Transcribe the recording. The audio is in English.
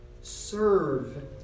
serve